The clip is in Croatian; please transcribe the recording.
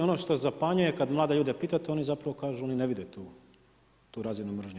Ono što zapanjuje kad mlade ljude pitate, oni zapravo kažu oni ne vide tu razinu mržnje.